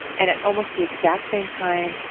and at almost the exact same time,